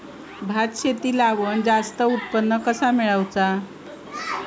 भात शेती लावण जास्त उत्पन्न कसा मेळवचा?